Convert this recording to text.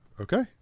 Okay